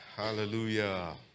Hallelujah